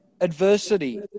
adversity